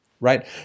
Right